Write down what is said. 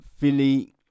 Philly